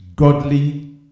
Godly